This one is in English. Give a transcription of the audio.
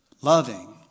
loving